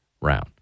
round